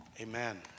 Amen